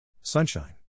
Sunshine